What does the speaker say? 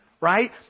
right